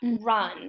run